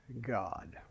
God